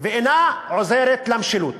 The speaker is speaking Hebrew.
ואינה עוזרת למשילות.